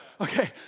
Okay